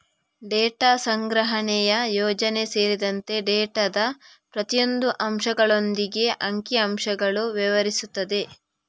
data ಸಂಗ್ರಹಣೆಯ ಯೋಜನೆ ಸೇರಿದಂತೆ ಡೇಟಾದ ಪ್ರತಿಯೊಂದು ಅಂಶಗಳೊಂದಿಗೆ ಅಂಕಿ ಅಂಶಗಳು ವ್ಯವಹರಿಸುತ್ತದೆ